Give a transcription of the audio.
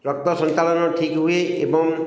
ରକ୍ତ ସଞ୍ଚାଳନ ଠିକ୍ ହୁଏ ଏବଂ